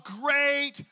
great